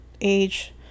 age